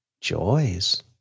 Joys